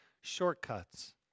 shortcuts